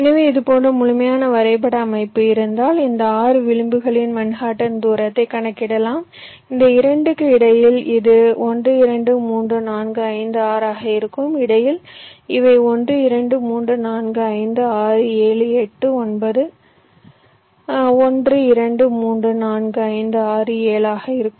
எனவே இது போன்ற முழுமையான வரைபட அமைப்பு இருந்தால் இந்த 6 விளிம்புகளின் மன்ஹாட்டன் தூரத்தை கணக்கிடலாம் இந்த 2 க்கு இடையில் இது 1 2 3 4 5 6 ஆக இருக்கும் இடையில் இவை 1 2 3 4 5 6 7 8 9 1 2 3 4 5 6 7 ஆக இருக்கும்